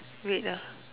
wait ah